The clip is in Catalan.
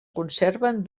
conserven